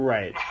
Right